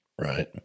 Right